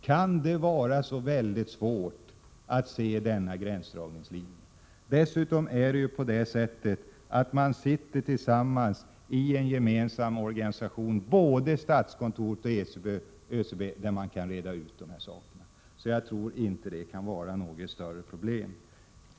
Kan det vara så svårt att se denna gränsdragningslinje? Dessutom sitter representanter för statskontoret och ÖCB tillsammans i en gemensam organisation där man kan reda ut de här sakerna. Jag tror därför inte att det kan vara något större problem.